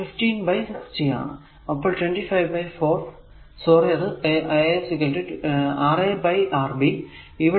അപ്പോൾ 25 by 4 sorry അത് R a Ra by Rb